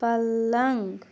پلنٛگ